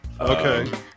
Okay